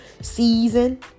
season